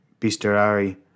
Bisterari